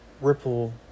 ripple